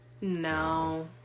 No